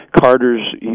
carter's